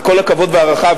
עם כל הכבוד וההערכה,